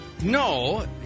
No